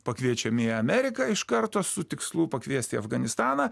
pakviečiami į ameriką iš karto su tikslu pakviest į afganistaną